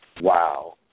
wow